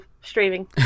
streaming